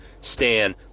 Stan